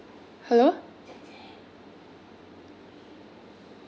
hello